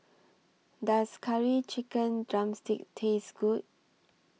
Does Curry Chicken Drumstick Taste Good